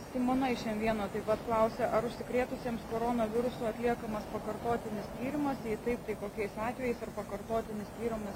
simona iš m vieno taip pat klausia ar užsikrėtusiems koronavirusu atliekamas pakartotinis tyrimas jei taip tai kokiais atvejais ar pakartotinis tyrimas